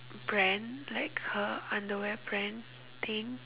brand like her underwear brand thing